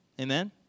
Amen